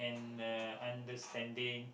and uh understanding